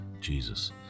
Jesus